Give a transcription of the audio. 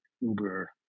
uber